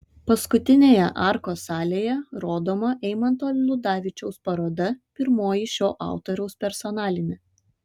paskutinėje arkos salėje rodoma eimanto ludavičiaus paroda pirmoji šio autoriaus personalinė